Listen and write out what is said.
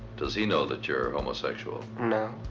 does he know that you are a homosexual? no.